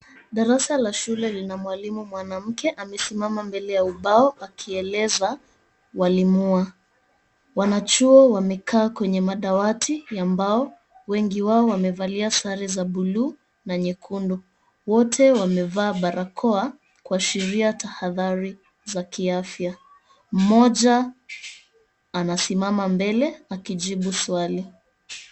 Darasa la shule lina mwalimu mwanamke amesimama mbele ya ubao akiwaeleza walimu wa, wanachuo wameketi katika madawati ya mbao wengi wao wamevalia sare za buluu na nyekundu, wote wamevaa barakoa kuashiria tahadhari za kiafya, mmoja anasimama mbele akijibu swali .